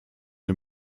der